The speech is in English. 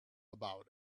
about